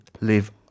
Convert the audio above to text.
live